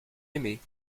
aimé